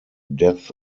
death